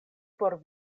por